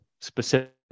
specific